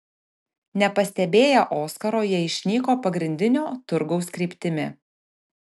nepastebėję oskaro jie išnyko pagrindinio turgaus kryptimi